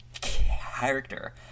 character